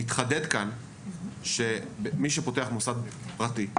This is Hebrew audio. מתחדד כאן שמי שפותח מוסד פרטי,